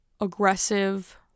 aggressive